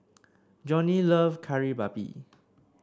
Johnie love Kari Babi